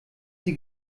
sie